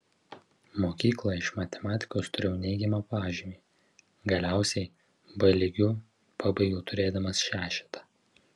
mokykloje iš matematikos turėjau neigiamą pažymį galiausiai b lygiu pabaigiau turėdamas šešetą